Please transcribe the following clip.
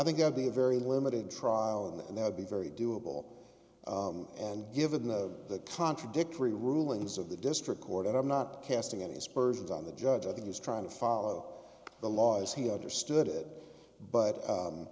think i'd be a very limited trial and that would be very doable and given the contradictory rulings of the district court i'm not casting any aspersions on the judge i think he's trying to follow the law as he understood it but